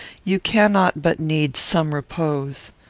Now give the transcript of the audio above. you cannot but need some repose.